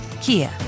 Kia